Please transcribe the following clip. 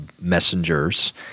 messengers